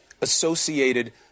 associated